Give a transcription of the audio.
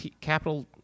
capital